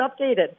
updated